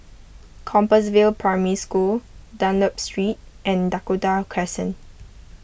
Compassvale Primary School Dunlop Street and Dakota Crescent